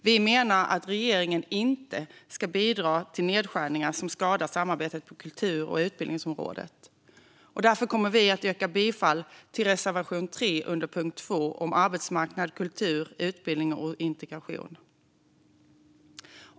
Vi menar att regeringen inte ska bidra till nedskärningar som skadar samarbetet på kultur och utbildningsområdet. Därför yrkar jag bifall till reservation 3 under punkt 2 om arbetsmarknad, kultur, utbildning och integration. Fru talman!